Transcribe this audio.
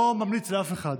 לא ממליץ לאף אחד.